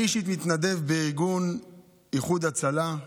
אני אישית מתנדב בארגון איחוד הצלה,